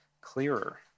clearer